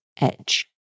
edge